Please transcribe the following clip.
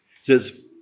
says